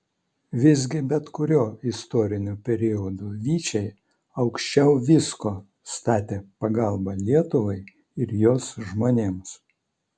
visgi bet kuriuo istoriniu periodu vyčiai aukščiau visko statė pagalbą lietuvai ir jos žmonėms